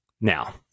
Now